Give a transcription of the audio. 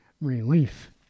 relief